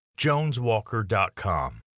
JonesWalker.com